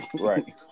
Right